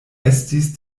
estis